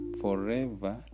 forever